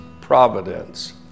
providence